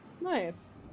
Nice